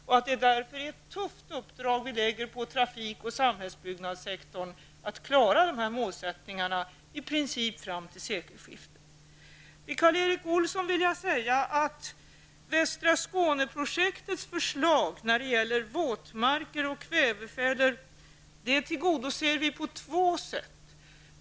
Det är därför ett tufft uppdrag som vi lägger på trafik och samhällsuppbyggnadssektorn, när vi säger att de i princip skall uppnå dessa mål fram till sekelskiftet. Västra Skåne-projektets förslag vad gäller våtmarker och kvävefällor tillgodoser vi på två sätt, Karl Erik Olsson.